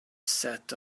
sat